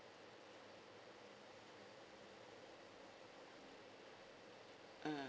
mm